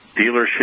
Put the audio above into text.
dealership